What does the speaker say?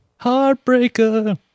Heartbreaker